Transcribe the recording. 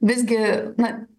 visgi na